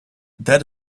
that